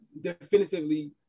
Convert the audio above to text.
definitively